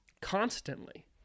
constantly